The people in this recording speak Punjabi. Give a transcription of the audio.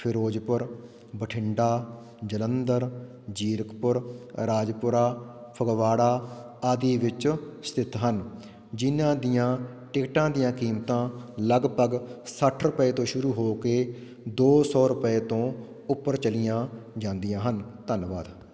ਫਿਰੋਜ਼ਪੁਰ ਬਠਿੰਡਾ ਜਲੰਧਰ ਜ਼ੀਰਕਪੁਰ ਰਾਜਪੁਰਾ ਫਗਵਾੜਾ ਆਦਿ ਵਿੱਚ ਸਥਿਤ ਹਨ ਜਿਹਨਾਂ ਦੀਆਂ ਟਿਕਟਾਂ ਦੀਆਂ ਕੀਮਤਾਂ ਲਗਭਗ ਸੱਠ ਰੁਪਏ ਤੋਂ ਸ਼ੁਰੂ ਹੋ ਕੇ ਦੋ ਸੌ ਰੁਪਏ ਤੋਂ ਉੱਪਰ ਚਲੀਆਂ ਜਾਂਦੀਆਂ ਹਨ ਧੰਨਵਾਦ